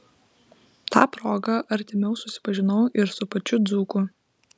ta proga artimiau susipažinau ir su pačiu dzūku